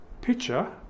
picture